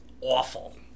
awful